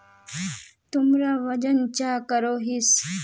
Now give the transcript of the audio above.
तुमरा वजन चाँ करोहिस?